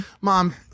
Mom